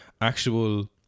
actual